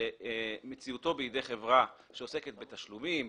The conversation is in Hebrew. שהימצאותו בידי חברה שעוסקת בתשלומים,